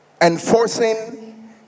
enforcing